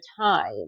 time